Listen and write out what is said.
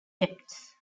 debts